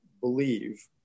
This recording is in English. believe